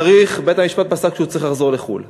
בית-המשפט פסק שהוא צריך לחזור לחו"ל.